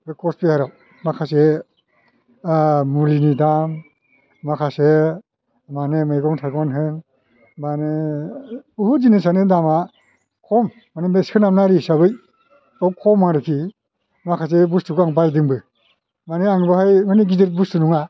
बे कचबिहारआव माखासे मुलिनि दाम माखासे माने मैगं थाइगं होन माने बहुद जिनिसानो दामआ खम माने सोनाबारि हिसाबै बेयाव खम आरोखि माखासे बस्तुखौ आं बायदोंबो माने आं बाहाय गिदिर बुस्तु नङा